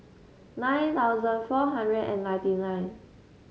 nine thousand four hundred and ninety nine